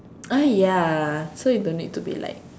ah ya so you don't need to be like